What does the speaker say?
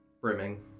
brimming